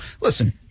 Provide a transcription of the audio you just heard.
listen